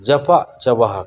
ᱡᱟᱯᱟᱜ ᱪᱟᱵᱟ ᱟᱠᱟᱱᱟ